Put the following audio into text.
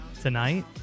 tonight